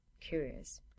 curious